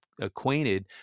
acquainted